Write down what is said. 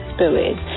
Spirit